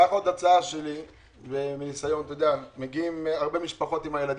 קח עוד הצעה שלי מניסיון מגיעים הרבה משפחות עם ילדים,